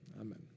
Amen